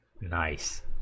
nice